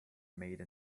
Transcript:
made